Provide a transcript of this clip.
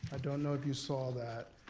i don't know if you saw that,